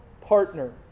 partner